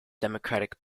democratic